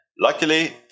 Luckily